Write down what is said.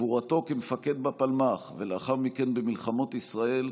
גבורתו כמפקד בפלמ"ח, ולאחר מכן במלחמות ישראל,